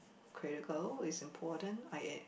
critical is important I